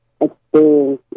experience